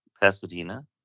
Pasadena